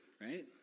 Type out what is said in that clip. right